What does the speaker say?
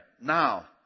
now